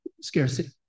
scarcity